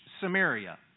Samaria